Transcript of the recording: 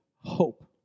hope